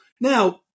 now